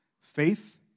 Faith